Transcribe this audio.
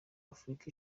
afurika